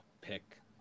pick